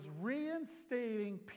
reinstating